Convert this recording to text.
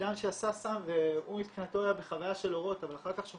אדם שעשה סם והוא מבחינתו היה בחוויה של אורות אבל אחר כך כשהוא